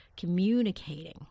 Communicating